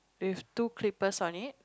with two clippers on it